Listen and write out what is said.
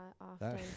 often